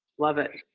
love it.